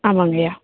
ஆமாங்கய்யா